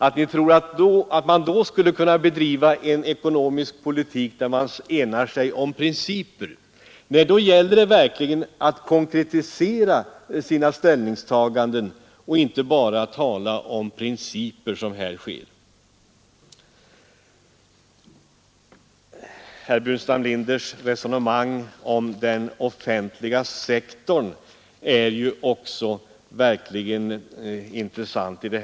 Tror man att det skulle kunna gå att bedriva en ekonomisk politik genom att ena sig om allmänna principer? Nej, då gäller det verkligen att konkretisera sina ställningstaganden och inte bara tala om principer. Herr Burenstam Linders resonemang om den offentliga sektorn är ju också intressant.